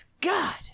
God